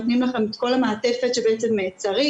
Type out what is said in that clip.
נותנים לכם את כל המעטפת שבעצם צריך.